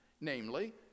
namely